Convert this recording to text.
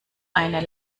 eine